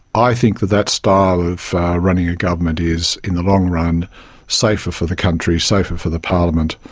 i think that that style of running a government is in the long run safer for the country, safer for the parliament,